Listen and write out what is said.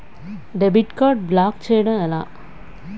Debit card block చేయటం ఎలా?